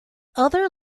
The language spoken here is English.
other